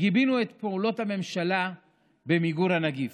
גיבינו את פעולות הממשלה במיגור הנגיף.